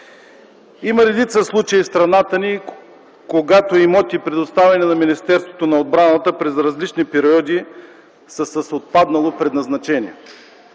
Има редица случаи в страната ни, когато имоти, предоставени на Министерството на отбраната през различни периоди, са с отпаднало предназначение.